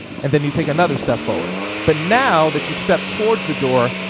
and then you take another step forward. but now that you've stepped towards the door,